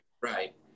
right